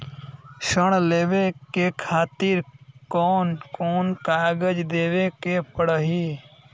ऋण लेवे के खातिर कौन कोन कागज देवे के पढ़ही?